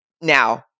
Now